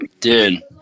Dude